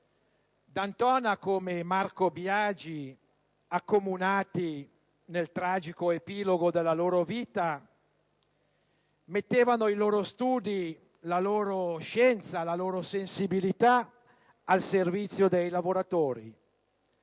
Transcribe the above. D'Antona come Marco Biagi, accomunati nel tragico epilogo della loro vita, mettevano i loro studi, la loro scienza e la loro sensibilità al servizio dei lavoratori